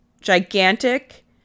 gigantic